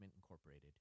Incorporated